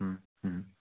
হুম হুম